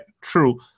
true